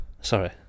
Sorry